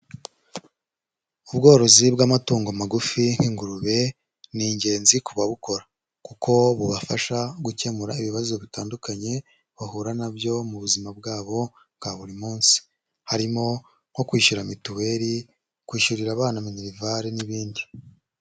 Ubworozi bw'amatungo magufi nk'ingurube, ni ingenzi ku babukora kuko bubafasha gukemura ibibazo bitandukanye bahura na byo mu buzima bwabo bwa buri munsi, harimo nko kwishyura mituweli, kwishyurira abana minerivare n'ibindi.